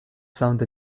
sound